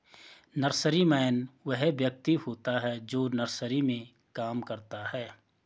nurseryman वह व्यक्ति होता है जो नर्सरी में काम करता है